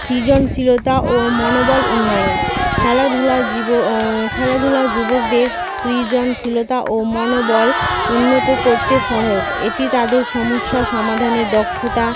সৃজনশীলতা ও মনোবল উন্নয়ন খেলাধূলা খেলাধূলা যুবকদের সৃজনশীলতা ও মনোবল উন্নত করতে সহায়ক এটি তাদের সমস্যা সমাধানে দক্ষতা